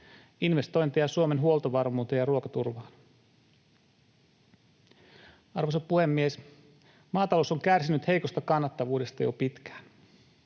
investointeja Suomen huoltovarmuuteen ja ruokaturvaan. Arvoisa puhemies! Maatalous on kärsinyt heikosta kannattavuudesta jo pitkään.